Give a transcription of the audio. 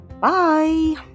Bye